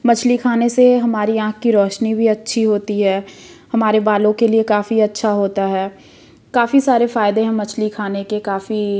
मछली खाने से हमारी आँख कि रौशनी भी अच्छी होती है हमारे बालों के लिए काफ़ी अच्छा होता है काफ़ी सारे फायदे हैं मछली खाने के काफ़ी